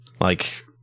like-